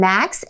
Max